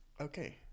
Okay